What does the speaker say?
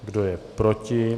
Kdo je proti?